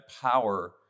power